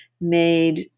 made